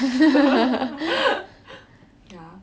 ya